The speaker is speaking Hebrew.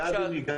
בבקשה אדוני.